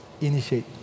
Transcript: Initiate